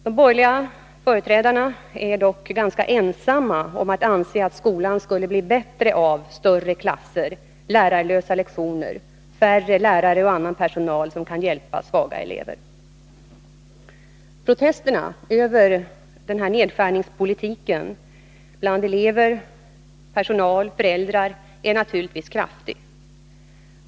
De borgerliga företrädarna är dock ganska ensamma om att anse att skolan skulle bli bättre av större klasser, lärarlösa lektioner samt färre lärare och mindre av annan personal som kan hjälpa svaga elever. Protesterna bland personal, elever och föräldrar över denna nedskärningspolitik är naturligtvis kraftiga.